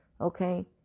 okay